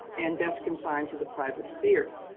and best confined to the private sphere.